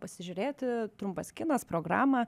pasižiūrėti trumpas kinas programą